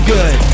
Good